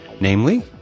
namely